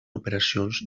operacions